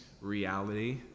reality